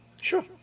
Sure